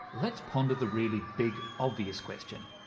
let's ponder the really big, obvious question.